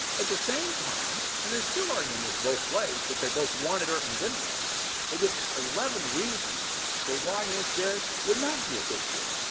at the same time and they're still arguing this both ways, that but they both wanted her and didn't want her they give eleven reasons for why ms. garrett would not be a good juror.